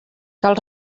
cal